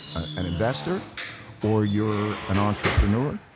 an investor or you're an entrepreneur,